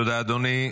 תודה, אדוני.